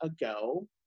ago